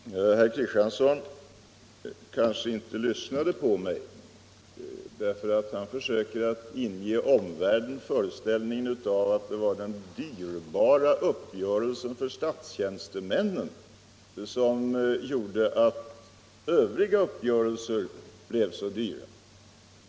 Fru talman! Herr Kristiansson kanske inte lyssnade på mig. Han försökte nämligen inge åhörarna föreställningen att det var den kostsamma uppgörelsen för statstjänstemännen som gjorde att övriga uppgörelser blev så dyra.